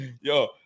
Yo